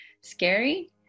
scary